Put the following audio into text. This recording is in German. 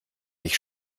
ich